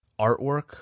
artwork